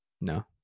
No